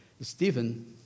Stephen